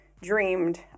dreamed